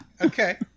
Okay